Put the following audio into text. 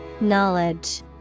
Knowledge